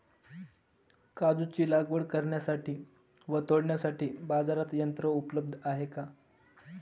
काजूची लागवड करण्यासाठी व तोडण्यासाठी बाजारात यंत्र उपलब्ध आहे का?